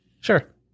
Sure